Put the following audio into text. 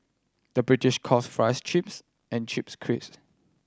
the British calls fries chips and chips